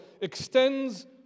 extends